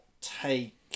take